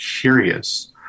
curious